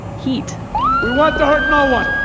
heat we want to hurt no one.